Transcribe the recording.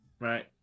Right